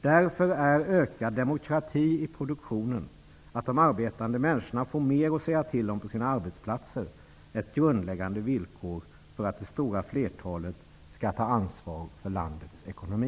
Därför är ökad demokrati i produktionen, att de arbetande människorna får mer att säga till om på sina arbetsplatser, ett grundläggande villkor för att det stora flertalet skall ta ansvar för landets ekonomi.